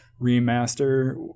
remaster